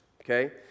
Okay